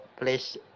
please